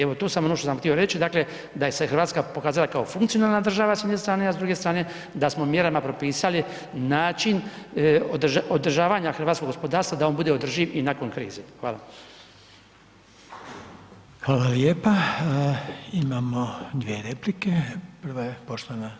Evo to sam ono što sam htio reći, dakle, da se Hrvatska pokazala kao funkcionalna država s jedne strane a s druge strane, da smo mjerama propisali način održavanja hrvatskog gospodarstva, da on bude održiv i nakon krize.